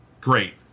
great